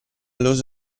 los